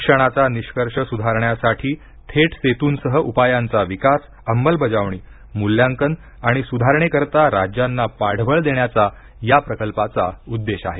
शिक्षणाचा निष्कर्ष सुधारण्यासाठी थेट सेतूंसह उपायांचा विकास अंमलबजावणी मूल्यांकन आणि सुधारणेकरिता राज्यांना पाठबळ देण्याचा या प्रकल्पाचा उद्देश आहे